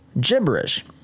gibberish